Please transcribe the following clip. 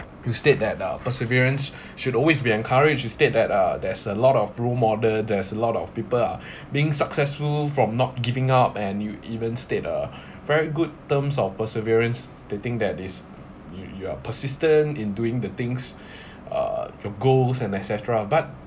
to state that uh perseverance should always be encouraged you state that uh there's a lot of role model there's a lot of people are being successful from not giving up and you even state uh very good terms of perseverance stating that is you you are persistent in doing the things uh your goals and et cetera but